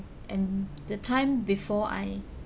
and the time before I